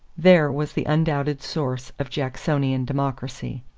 there was the undoubted source of jacksonian democracy.